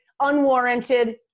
unwarranted